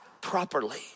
properly